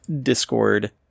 Discord